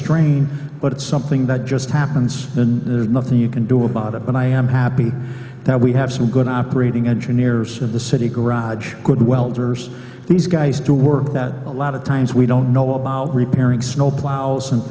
strain but it's something that just happens and there's nothing you can do about it but i am happy that we have some good operating engineers of the city garage could welders these guys to work that a lot of times we don't know about repairing snowplows and